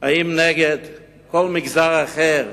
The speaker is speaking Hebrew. האם כנגד כל מגזר אחר,